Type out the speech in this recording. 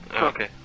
Okay